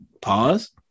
Pause